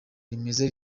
rimeze